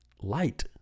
light